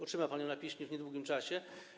Otrzyma ją pan na piśmie w niedługim czasie.